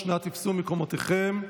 התשפ"ג 2023. אנא תפסו מקומותיכם.